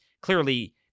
clearly